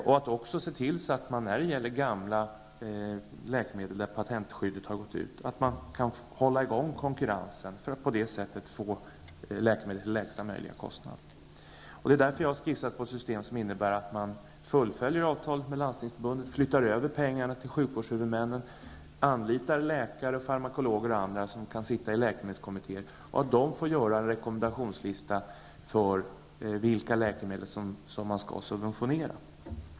Man bör också se till att man när det gäller gamla läkemedel, där patentskyddet gått ut, kan hålla i gång konkurrensen för att på det sättet få lägsta möjliga kostnad. Det är därför jag har skissat på ett system som innebär att man fullföljer avtalet med Landstingsförbundet, flyttar över pengar till sjukvårdshuvudmännen, anlitar läkare, farmakologer och andra som kan sitta i läkemedelskommittén och göra en rekommendationslista för vilka läkemedel som man skall subventionera.